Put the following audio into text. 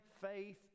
faith